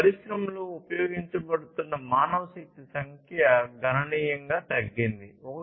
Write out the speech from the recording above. పరిశ్రమలలో ఉపయోగించబడుతున్న మానవశక్తి సంఖ్య గణనీయంగా తగ్గింది 1